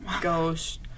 Ghost